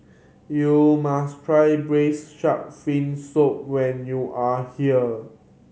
you must try Braised Shark Fin Soup when you are here